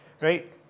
right